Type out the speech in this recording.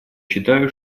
считаю